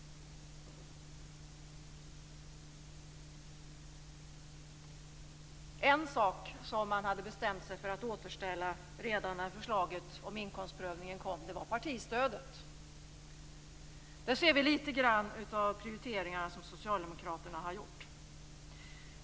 En sak som man hade bestämt sig för att återställa redan när förslaget om inkomstprövning kom var partistödet. Där ser vi litet grand av de prioriteringar som socialdemokraterna har gjort.